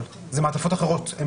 זה מעטפות אחרות.